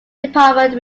department